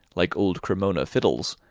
like old cremona fiddles,